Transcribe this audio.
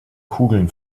kugeln